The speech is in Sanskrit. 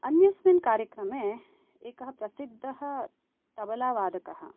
अन्यस्मिन् कार्यक्रमे एकः प्रसिद्धः तबलावादकः